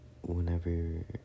Whenever